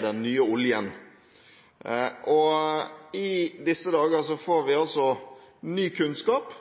den nye oljen. I disse dager får vi ny kunnskap